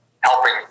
helping